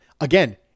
Again